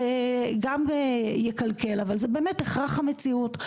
זה גם יקלקל אבל זה באמת הכרח המציאות,